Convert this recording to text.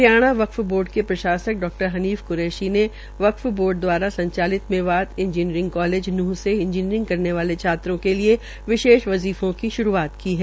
Haryana Waqf board के प्रशासक डा हनीफ कुरेशी ने बोर्ड द्वारा संचालित Mewat engineering college Nuh engineering करने वाले छात्रों के विशेष वजीफों की श्रूआत की है